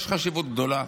יש חשיבות גדולה